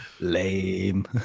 lame